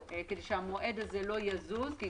כדי שהמועד הזה לא יזוז.